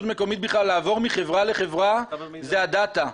מקומית בכלל לעבור מחברה לחברה זה הדאטא.